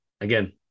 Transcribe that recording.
Again